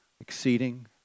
exceeding